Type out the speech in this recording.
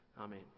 amen